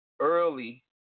early